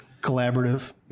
collaborative